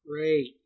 Great